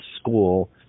school